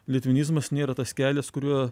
litvinizmas nėra tas kelias kuriuo